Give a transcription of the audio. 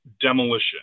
demolition